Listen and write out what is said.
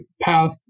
path